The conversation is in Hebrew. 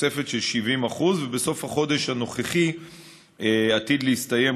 תוספת של 70%. בסוף החודש הנוכחי עתיד להסתיים